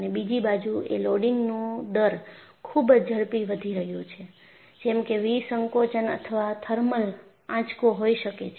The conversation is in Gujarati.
અને બીજી બાજુ એ લોડિંગનો દર ખુબ જ ઝડપી વધી રહ્યું છે જેમ કે વિસંકોચન અથવા થર્મલ આંચકો હોઈ શકે છે